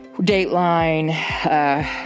Dateline